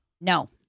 No